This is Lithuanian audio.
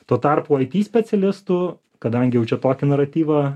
tuo tarpu it specialistų kadangi jau čia tokį naratyvą